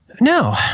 No